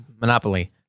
Monopoly